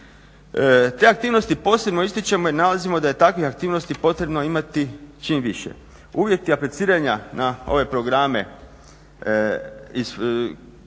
Te aktivnosti posebno ističemo jer nalazimo da je takvih aktivnosti potrebno imati čim više. Uvjeti apliciranja na ove programe, dakle radi